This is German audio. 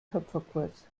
töpferkurs